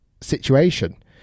situation